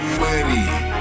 money